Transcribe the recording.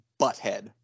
Butthead